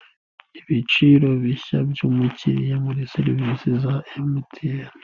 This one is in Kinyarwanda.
Ibiciro bishya by'umukiliya muri serivisi za MTN.